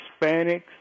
Hispanics